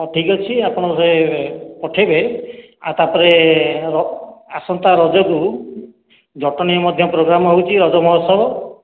ହଁ ଠିକ୍ ଅଛି ଆପଣ ସେ ପଠେଇବେ ଆଉ ତାପରେ ଆସନ୍ତା ରଜକୁ ଜଟଣୀ ମଧ୍ୟ ପ୍ରୋଗ୍ରାମ ହେଉଛି ରଜ ମହୋତ୍ସବ